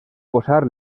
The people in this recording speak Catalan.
posar